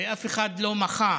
ואף אחד לא מחה.